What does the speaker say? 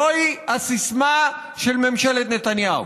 זוהי הסיסמה של ממשלת נתניהו.